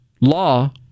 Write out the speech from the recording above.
law